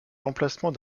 l’emplacement